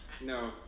No